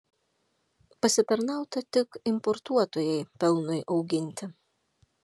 pasitarnauta tik importuotojai pelnui auginti